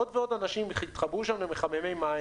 עוד ועוד אנשים התחברו שם למחממי מים.